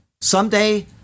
Someday